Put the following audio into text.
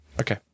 Okay